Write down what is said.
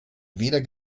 weder